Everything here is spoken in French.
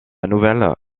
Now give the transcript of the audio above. nouvelle